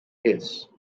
kiss